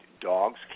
dogs